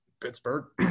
Pittsburgh